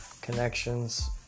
connections